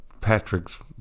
Patrick's